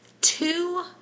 two